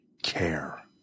care